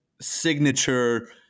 signature